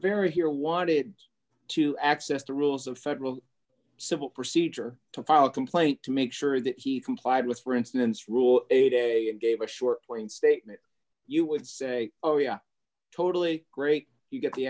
vera here wanted to access the rules of federal civil procedure to file a complaint to make sure that he complied with for instance rule eight and gave a short plain statement you would say oh yeah totally great you get the